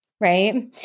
right